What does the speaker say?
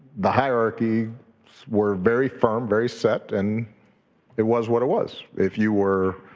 the hierarchies were very firm, very set and it was what it was. if you were